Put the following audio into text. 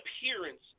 appearance